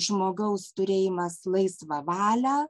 žmogaus turėjimas laisvą valią